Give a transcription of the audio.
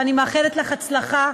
ואני מאחלת לך הצלחה,